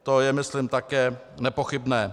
To je myslím také nepochybné.